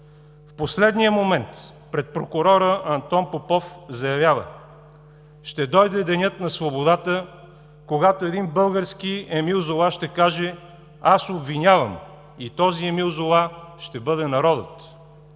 В последния момент пред прокурора Антон Попов заявява: „Ще дойде денят на свободата, когато един български Емил Зола ще каже: „Аз обвинявам!“, и този Емил Зола ще бъде народът!“